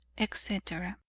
etc,